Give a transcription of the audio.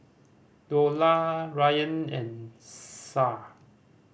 Dollah Ryan and Shah